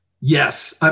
yes